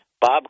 Bob